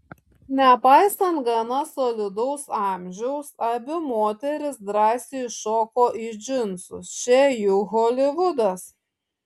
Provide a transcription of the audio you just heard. nepaisant gana solidaus amžiaus abi moterys drąsiai įšoko į džinsus čia juk holivudas